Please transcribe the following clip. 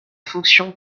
fonction